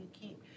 keep